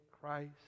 Christ